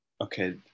Okay